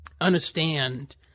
understand